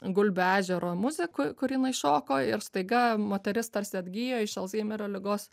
gulbių ežero muziką kur jinai šoko ir staiga moteris tarsi atgijo iš alzheimerio ligos